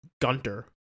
Gunter